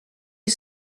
you